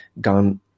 gone